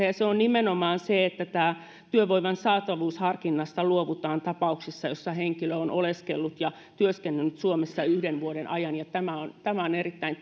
ja se on nimenomaan se että työvoiman saatavuusharkinnasta luovutaan tapauksissa joissa henkilö on oleskellut ja työskennellyt suomessa yhden vuoden ajan ja tämä on tämä on erittäin